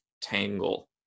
tangle